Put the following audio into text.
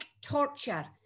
torture